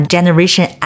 Generation